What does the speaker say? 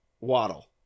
Waddle